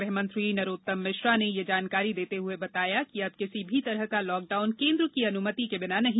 गृहमंत्री नरोत्तम मिश्रा ने ये जानकारी देते हए बताया कि अब किसी भी तरह का लॉकडाउन केन्द्र की अनुमति के बिना नहीं किया जायेगा